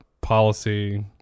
policy